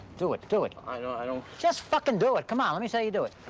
do it, do it. i don't, i don't just fuckin' do it, come on, let me see you do it.